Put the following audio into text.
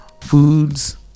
foods